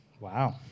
Wow